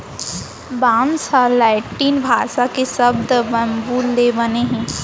बांस ह लैटिन भासा के सब्द बंबू ले बने हे